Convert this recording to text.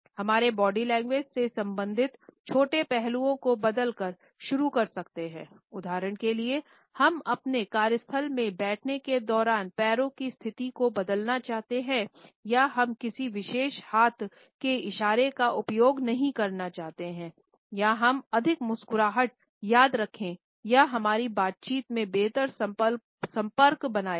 हमारे body language से संबंधित छोटे पहलुओं को बदलकर शुरू कर सकते है उदाहरण के लिए हम अपने कार्यस्थल में बैठने के दौरान पैरों की स्थिति को बदलना चाहते हैं या हम किसी विशेष हाथ के इशारे का उपयोग नहीं करना चाहते हैं या हम अधिक मुस्कुराहट याद रखें या हमारी बातचीत में बेहतर संपर्क बनाए रखें